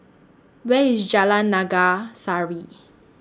Where IS Jalan Naga Sari